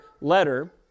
letter